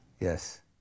Yes